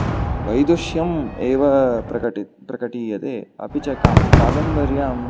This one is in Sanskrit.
वैदुष्यम् एव प्रकट् प्रकटीयते अपि च काम् कादम्बर्यां